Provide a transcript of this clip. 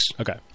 Okay